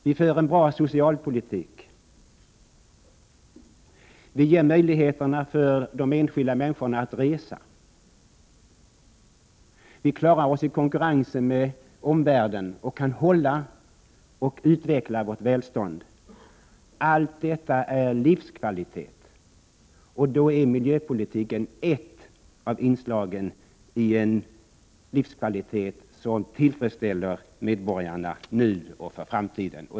Vi för en bra socialpolitik, vi ger enskilda människor möjlighet att resa, vi klarar oss i konkurrensen med omvärlden och kan behålla och utveckla vårt välstånd. Allt detta är livskvalitet, och då är miljöpolitiken ett av inslagen i en livskvalitet som skall tillfredsställa medborgarna nu och för framtiden.